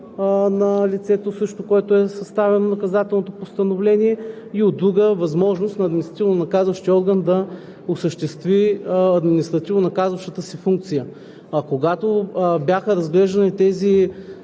на лицето, срещу което е съставено наказателното постановление, и, от друга – възможност на административнонаказващия орган да осъществи административнонаказващата си функция. Когато бяха разглеждани тези